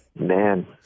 Man